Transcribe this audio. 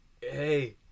Hey